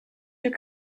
your